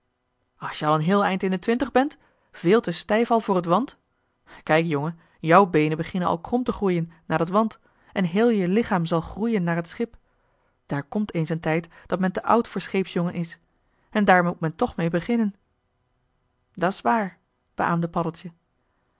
als je al een heel eind in de twintig bent veel te stijf al voor het want kijk jongen jou beenen beginnen al krom te groeien naar dat want en heel je lichaam zal groeien naar het schip daar komt eens een tijd dat men te oud voor scheepsjongen is en daar moet men toch mee beginnen dat's waar beaamde paddeltje